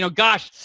so gosh,